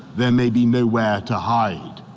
there may be nowhere to hide.